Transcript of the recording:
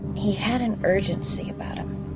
he had an urgency about him